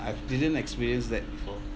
I've didn't experience that before